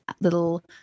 little